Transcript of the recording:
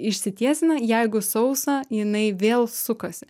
išsitiesina jeigu sausa jinai vėl sukasi